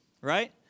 right